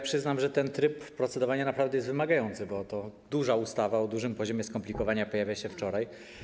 Przyznam, że ten tryb procedowania naprawdę jest wymagający, bo ta duża ustawa, o dużym poziomie skomplikowania pojawiła się wczoraj.